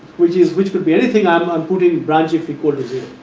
which is which will be anything i am um put in branch if equal to zero